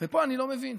ופה אני לא מבין.